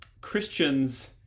Christians